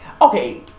Okay